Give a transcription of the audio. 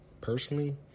personally